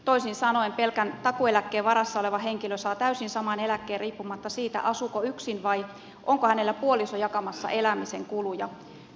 toisin sanoen pelkän takuueläkkeen varassa oleva henkilö saa täysin saman eläkkeen riippumatta siitä asuuko yksin vai onko hänellä puoliso jakamassa elämisen kuluja